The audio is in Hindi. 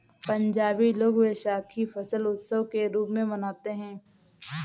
पंजाबी लोग वैशाखी फसल उत्सव के रूप में मनाते हैं